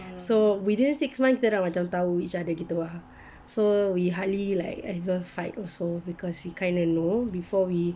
so we dated six months kita macam dah tahu each other gitu ah so we hardly like ever fight cause we kinda know before we